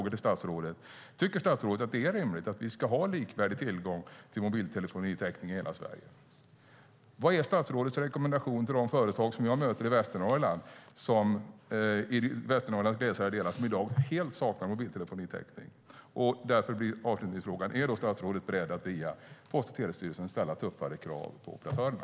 Tycker statsrådet att det är rimligt att vi ska ha likvärdig tillgång till mobiltelefonitäckning i hela Sverige? Vad är statsrådets rekommendation till de företag jag möter i Västernorrlands glesare delar som i dag helt saknar mobiltelefonitäckning? Är statsrådet beredd att via Post och telestyrelsen ställa tuffare krav på operatörerna?